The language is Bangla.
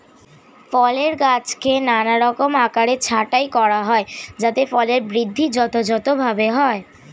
ফলের গাছকে নানারকম আকারে ছাঁটাই করা হয় যাতে ফলের বৃদ্ধি যথাযথভাবে হয়